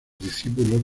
discípulos